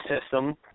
system